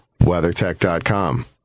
WeatherTech.com